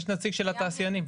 יש נציג של התעשיינים.